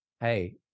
hey